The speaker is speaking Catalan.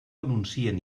anuncien